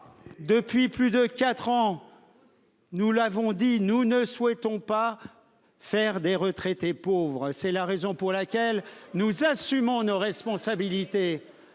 Depuis plus de 4 ans. Nous l'avons dit, nous ne souhaitons pas faire des retraités pauvres. C'est la raison pour laquelle nous assumons nos responsabilités